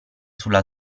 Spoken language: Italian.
sulla